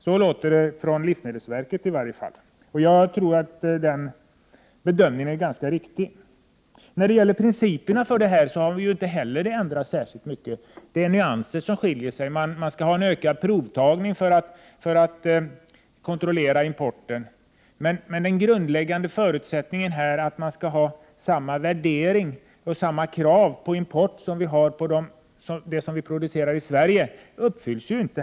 En sådan här åtgärd kan alltså inte få särskilt stor effekt. Jag tror att denna bedömning är ganska riktig. När det gäller principerna i detta sammanhang har heller inte särskilt mycket ändrats. Det är fråga om nyanser. Det skall bli mera provtagning för att man skall kunna kontrollera importen. Men den grundläggande förutsättningen är att det skall vara samma värdering och samma krav när det gäller både importen och det som produceras i Sverige. Dessa krav uppfylls dock inte.